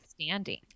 standing